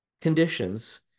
conditions